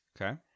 Okay